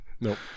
Nope